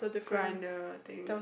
grinder thing